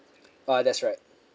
oh that's right